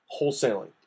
wholesaling